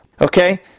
Okay